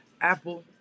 Apple